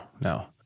no